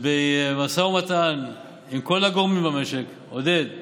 במשא ובמתן עם כל הגורמים במשק, עודד,